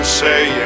say